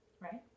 right